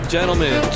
Gentlemen